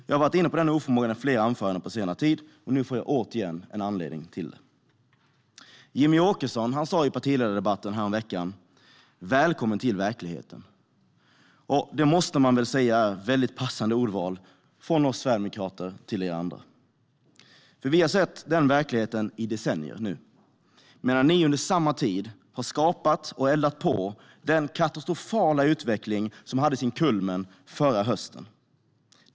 Jag har varit inne på denna oförmåga i flera anföranden på senare tid, och nu får jag återigen en anledning till det. Jimmie Åkesson sa i partiledardebatten häromveckan: Välkommen till verkligheten! Det måste man väl säga är ett väldigt passande ordval från oss sverigedemokrater till er andra. Vi har sett den verkligheten i decennier nu, medan ni under samma tid har skapat och eldat på den katastrofala utveckling som nådde sin kulmen förra hösten.